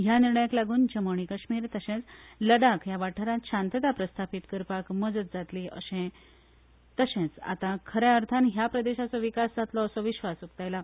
ह्या निर्णयाक लागून जम्मू आनी कश्मीर तशेंच लडाख ह्या वाठारांत शांतताय प्रस्थापीत करपाक मजत जातली तशेंच आतां खऱ्या अर्थान ह्या प्रदेशाचो विकास जातलो असो विस्वास उकतायला